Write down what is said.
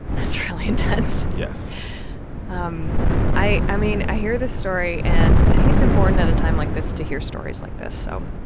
that's really intense yes um i i mean, i hear this story. and i think it's important at a time like this to hear stories like this. so,